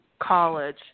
college